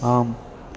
ஆம்